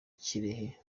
kirehe